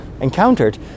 encountered